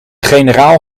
generaal